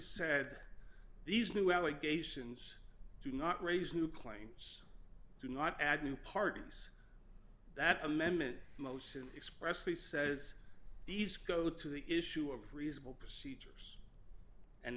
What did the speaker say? said these new allegations do not raise new claims to not add new parties that amendment most and expressly says these go to the issue of reasonable procedures and